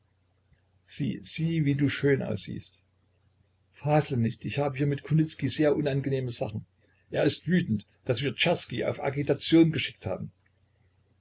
sieh sieh wie du schön aussiehst fasle nicht ich habe hier mit kunicki sehr unangenehme sachen er ist wütend daß wir czerski auf agitation geschickt haben